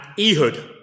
Ehud